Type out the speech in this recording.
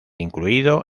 incluido